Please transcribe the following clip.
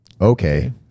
okay